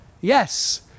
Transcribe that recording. Yes